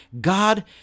God